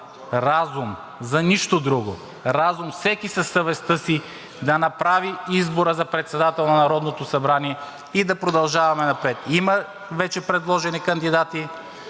разум, за нищо друго. Разум. Всеки със съвестта си да направи избора за председател на Народното събрание и да продължаваме напред. Има вече предложени кандидати,